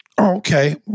Okay